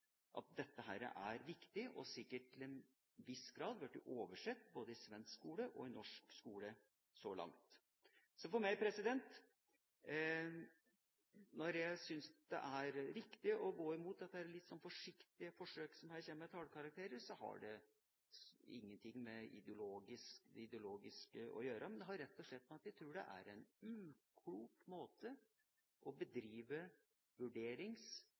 at dette er viktig og sikkert til en viss grad er blitt oversett i både svensk og norsk skole så langt. Når jeg syns det er riktig å gå imot dette litt forsiktige forsøket som her kommer om tallkarakterer, har det ingen ting med det ideologiske å gjøre, men det har rett og slett med at jeg tror det er en uklok måte å bedrive vurderings-